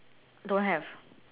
don't have